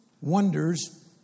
wonders